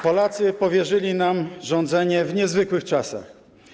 Polacy powierzyli nam rządzenie w niezwykłych czasach.